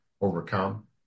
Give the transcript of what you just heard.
overcome